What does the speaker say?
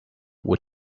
were